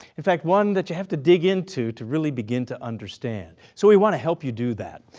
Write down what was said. in fact one that you have to dig into to really begin to understand. so we want to help you do that.